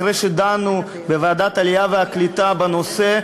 אחרי שדנו בוועדת העלייה והקליטה בנושא,